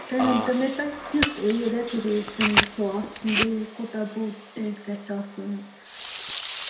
تُہۍ ؤنۍ تَو مےٚ تۄہہِ کیُتھ یہِ ڈیکُریشَن گژھیو آسُن بیٚیہِ کوٗتاہ بوٚڑ ٹینٛٹ گژھِ آسُن